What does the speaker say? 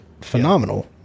phenomenal